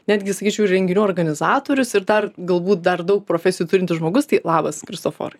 netgi sakyčiau renginių organizatorius ir dar galbūt dar daug profesijų turintis žmogus tai labas kristoforai